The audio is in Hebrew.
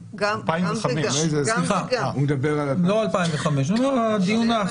2005. לא 2005. אני מדבר על הדיון האחרון.